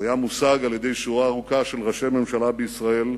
הוא היה מושג על-ידי שורה ארוכה של ראשי ממשלה בישראל,